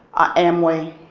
amway,